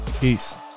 Peace